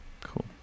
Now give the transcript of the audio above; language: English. cool